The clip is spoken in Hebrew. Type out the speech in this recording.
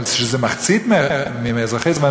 אבל שזה מחצית מאזרחי ישראל?